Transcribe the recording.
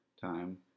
time